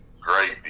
great